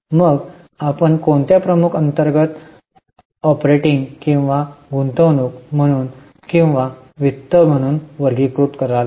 मग आपण कोणत्या प्रमुख अंतर्गत ऑपरेटिंग किंवा गुंतवणूक म्हणून किंवा वित्त म्हणून वर्गीकृत कराल